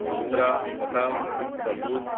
دوسرا پتہ ثبوت